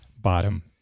bottom